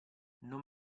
non